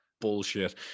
bullshit